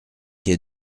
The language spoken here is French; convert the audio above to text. quai